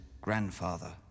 Grandfather